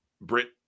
Brit